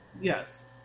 Yes